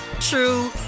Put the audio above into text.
true